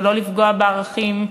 ולא לפגוע בערכים,